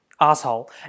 asshole